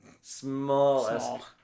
Small